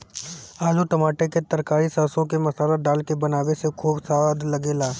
आलू टमाटर के तरकारी सरसों के मसाला डाल के बनावे से खूब सवाद लागेला